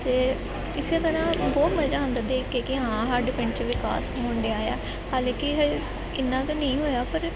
ਅਤੇ ਇਸ ਤਰ੍ਹਾਂ ਬਹੁਤ ਮਜ਼ਾ ਆਉਂਦਾ ਦੇਖ ਕੇ ਕਿ ਹਾਂ ਸਾਡੇ ਪਿੰਡ 'ਚ ਵਿਕਾਸ ਹੋਣ ਡਿਆ ਆ ਹਾਲਾਂਕਿ ਹਜੇ ਇੰਨਾ ਕੁ ਨਹੀਂ ਹੋਇਆ ਪਰ